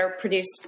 produced